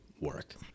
work